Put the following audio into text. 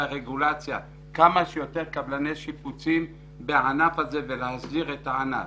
לרגולציה כמה שיותר קבלני שיפוצים בענף הזה ולהסדיר את הענף.